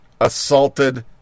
assaulted